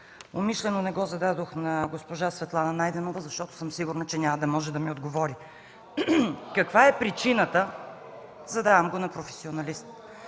Умишлено не го зададох на госпожа Светлана Найденова, защото съм сигурна, че няма да може да ми отговори. (Възгласи: „Е-е-е!” от ГЕРБ.) Задавам го на професионалист.